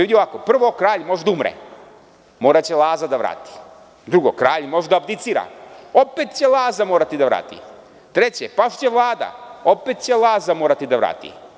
Vidi ovako: prvo, kralj može da umre, moraće Laza da vrati; drugo, kralj može da abdicira, opet će Laza morati da vrati; treće, pašće Vlada, opet će Laza morati da vrati.